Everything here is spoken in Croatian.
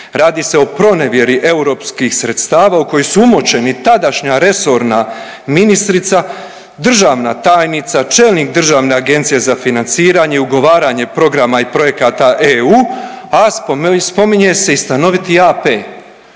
radi se o pronevjeri europskim sredstava u koji su umočeni tadašnja resorna ministrica, državna tajnica, čelnik Državne agencije za financiranje, ugovaranje programa i projekata EU a spominje se i stanoviti AP.